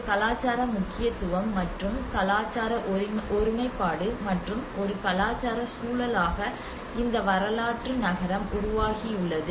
ஒரு கலாச்சார முக்கியத்துவம் மற்றும் கலாச்சார ஒருமைப்பாடு மற்றும் ஒரு கலாச்சார சூழலாக இந்த வரலாற்று நகரம் உருவாகியுள்ளது